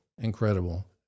incredible